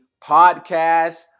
podcast